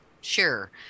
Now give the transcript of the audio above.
sure